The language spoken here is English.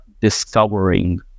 discovering